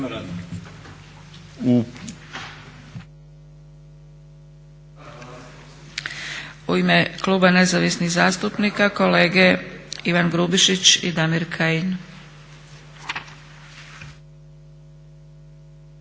U ime Kluba Nezavisnih zastupnika kolege Ivan Grubišić i Damir Kajin.